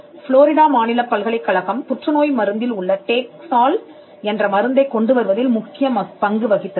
Florida மாநிலப் பல்கலைக்கழகம் புற்றுநோய் மருந்தில் உள்ள டேக் சோல் என்ற மருந்தைக் கொண்டு வருவதில் முக்கிய பங்கு வகித்தது